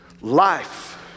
life